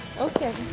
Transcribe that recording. Okay